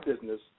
business